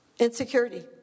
Insecurity